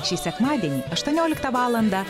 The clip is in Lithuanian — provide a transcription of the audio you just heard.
šį sekmadienį aštuonioliktą valandą